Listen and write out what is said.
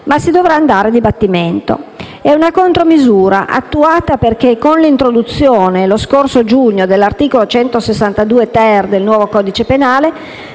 ma si dovrà andare a dibattimento. Si tratta di una contromisura attuata, perché con l'introduzione, lo scorso giugno, dell'articolo 162-*ter* del nuovo codice penale